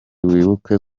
wibuke